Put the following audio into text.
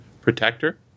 Protector